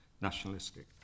nationalistic